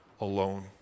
alone